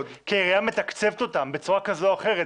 כי העירייה מתקצבת אותם בצורה כזו או אחרת,